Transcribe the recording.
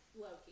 loki